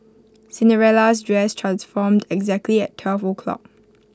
Cinderella's dress transformed exactly at twelve o'clock